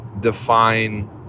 define